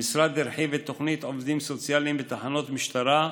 המשרד הרחיב את תוכנית עובדים סוציאליים בתחנות משטרה,